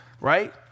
right